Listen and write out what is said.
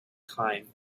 time